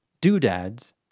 doodads